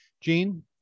Gene